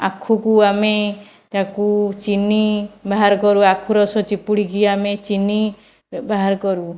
ଆଖୁକୁ ଆମେ ତାକୁ ଚିନି ବାହାର କରୁ ଆଖୁ ରସ ଚିପୁଡ଼ିକି ଆମେ ଚିନି ବ୍ୟବହାର କରୁ